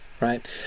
right